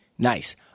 Nice